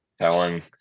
telling